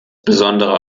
besondere